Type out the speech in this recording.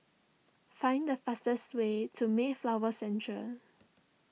find the fastest way to Mayflower Centre